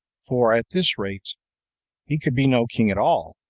for at this rate he could be no king at all,